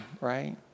right